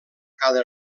cada